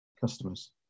customers